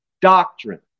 doctrine